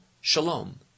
Shalom